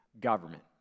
Government